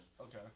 Okay